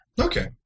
Okay